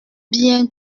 bien